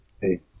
Hey